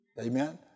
Amen